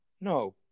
No